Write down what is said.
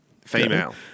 female